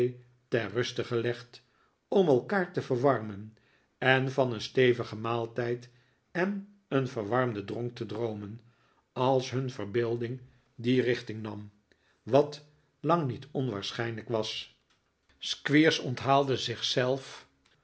ter ruste gelegd om elkaar te verwarmen en van een stevigen maaltijd en een verwarmenden dronk te droomen als hun verbeelding die richting nam wat lang niet onwaarschijnlijk was squeers onthaalde